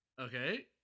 Okay